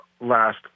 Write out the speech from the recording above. last